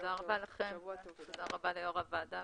תודה רבה ליושבת ראש הוועדה,